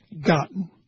gotten